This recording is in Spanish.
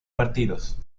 partidos